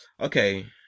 okay